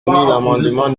l’amendement